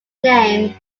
name